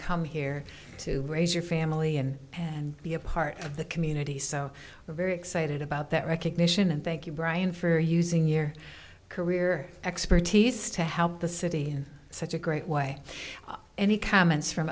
come here to raise your family in and be a part of the community so we're very excited about that recognition and thank you brian for using your career expertise to help the city in such a great way any comments from